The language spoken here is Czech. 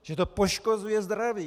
Že to poškozuje zdraví!